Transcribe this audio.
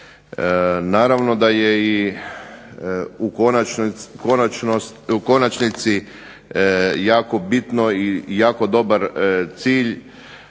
Naravno da je i u konačnici jako bitno i jako dobar cilj